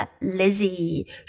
Lizzie